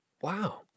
Wow